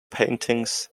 paintings